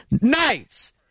knives